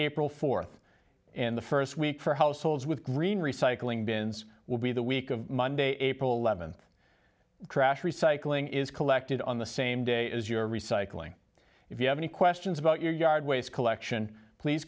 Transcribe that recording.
april fourth and the first week for households with green recycling bins will be the week of monday april eleventh trash recycling is collected on the same day as your recycling if you have any questions about your yard waste collection please